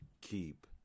keep